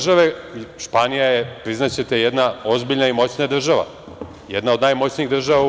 Španija je, priznaćete, jedna ozbiljna i moćna država, jedna od najmoćnijih država u EU.